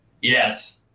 Yes